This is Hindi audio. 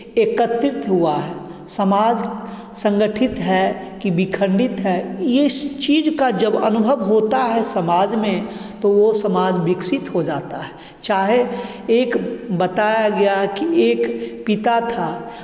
एकत्रित हुआ है समाज संगठित है कि विखंडित है ये इस चीज़ का जब अनुभव होता है समाज में तो वो समाज विकसित हो जाता है चाहे एक बताया गया कि एक पिता था